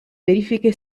verifiche